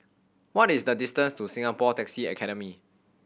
what is the distance to Singapore Taxi Academy